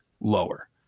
lower